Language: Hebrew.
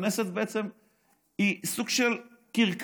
הכנסת היא סוג של קרקס.